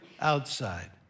outside